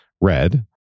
red